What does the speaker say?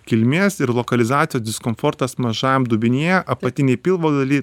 kilmės ir lokalizacijos diskomfortas mažajam dubenyje apatinėj pilvo daly